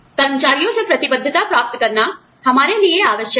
कर्मचारियों से प्रतिबद्धता प्राप्त करना हमारे लिए आवश्यक है